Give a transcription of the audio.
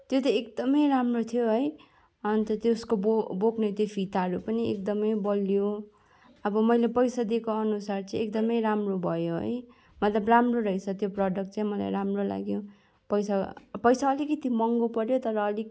त्यो त एकदमै राम्रो थियो है अन्त त्यसको बो बोक्ने त्यो फिताहरू पनि एकदमै बलियो अब मैले पैसा दिएको अनुसार चाहिँ एकदमै राम्रो भयो है मतलब राम्रो रहेछ त्यो प्रडक्ट चाहिँ मलाई राम्रो लाग्यो पैसा पैसा अलिकति महँगो पऱ्यो तर अलिक